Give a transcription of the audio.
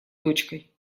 дочкой